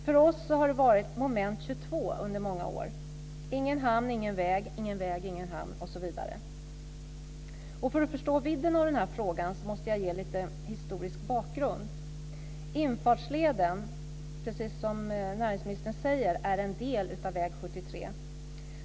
För oss har det varit som Moment 22 under många år: ingen hamn, ingen väg, ingen hamn osv. För att man ska förstå vidden av den här frågan måste jag ge lite historisk bakgrund. Infartsleden är - precis som näringsministern säger - en del av väg 73.